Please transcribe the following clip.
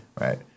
right